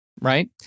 Right